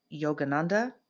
Yogananda